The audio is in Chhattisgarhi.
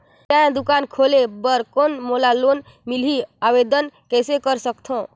किराना दुकान खोले बर कौन मोला लोन मिलही? आवेदन कइसे कर सकथव?